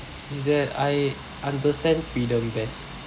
it's that I understand freedom best